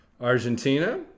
Argentina